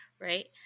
right